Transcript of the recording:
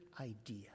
idea